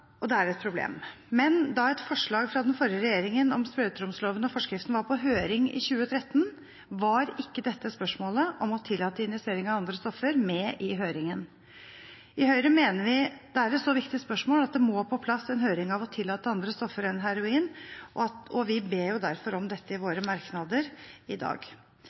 og det er et problem. Men da et forslag fra den forrige regjeringen om sprøyteromsloven og -forskriften var på høring i 2013, var ikke spørsmålet om å tillate injisering av andre stoffer med i høringen. I Høyre mener vi det er et så viktig spørsmål at det må på plass en høring av å tillate andre stoffer enn heroin, og vi ber derfor om dette i våre merknader i dag.